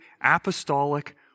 apostolic